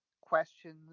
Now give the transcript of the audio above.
questions